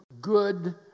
good